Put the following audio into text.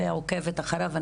ועוקבת אחריו.